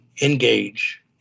engage